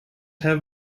have